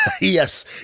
Yes